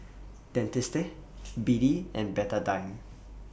Dentiste B D and Betadine